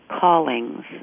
callings